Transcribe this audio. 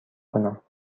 کنم